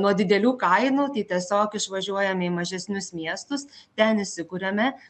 nuo didelių kainų tai tiesiog išvažiuojam į mažesnius miestus ten įsikuriame